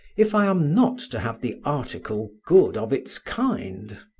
if i am not to have the article good of its kind?